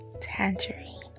tangerine